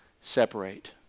separate